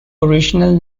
original